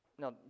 Now